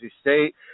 State